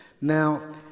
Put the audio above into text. now